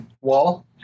wall